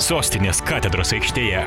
sostinės katedros aikštėje